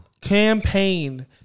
campaign